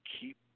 keep